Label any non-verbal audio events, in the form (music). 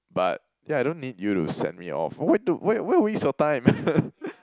but yeah I don't need you to send me off why do why why waste your time (laughs)